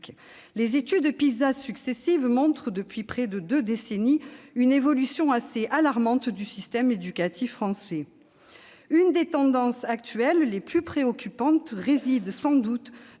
Les études PISA successives montrent, depuis près de deux décennies, une évolution assez alarmante du système éducatif français. Une des tendances les plus préoccupantes réside sans doute